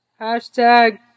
Hashtag